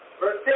Verse